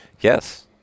Yes